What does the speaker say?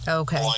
okay